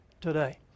today